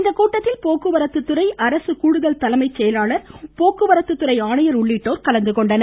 இக்கூட்டத்தில் போக்குவரத்துத்துறை அரசு கூடுதல் தலைமைச் செயலாளர் போக்குவரத்துத் துறை ஆணையர் உள்ளிட்டோர் கலந்துகொண்டனர்